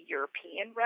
European